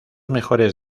mejores